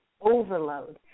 overload